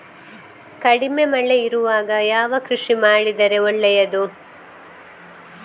ಕಡಿಮೆ ಮಳೆ ಇರುವಾಗ ಯಾವ ಕೃಷಿ ಮಾಡಿದರೆ ಒಳ್ಳೆಯದು?